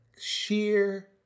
sheer